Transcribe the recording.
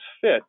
fit